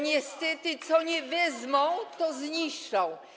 Niestety, czego nie wezmą, to zniszczą.